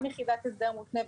גם יחידת הסדר מותנה,